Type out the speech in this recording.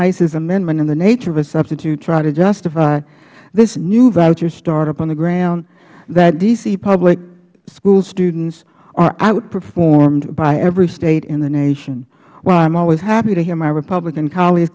issa's amendment in the nature of a substitute try to justify this new voucher startup on the ground that d c public school students are outperformed by every state in the nation while i am always happy to hear my republican coll